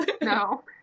No